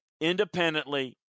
Independently